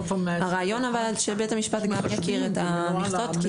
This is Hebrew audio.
הרעיון הוא שבית המשפט גם יכיר את המכסות.